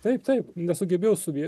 taip taip nesugebėjau suvie